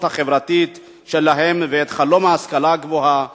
החברתית שלהם ואת חלום ההשכלה הגבוהה,